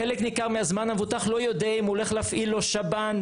חלק ניכר מהזמן המבוטח לא יודע אם הוא הולך להפעיל לו שב"ן,